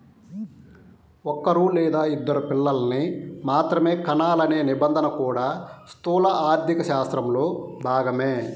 ఒక్కరూ లేదా ఇద్దరు పిల్లల్ని మాత్రమే కనాలనే నిబంధన కూడా స్థూల ఆర్థికశాస్త్రంలో భాగమే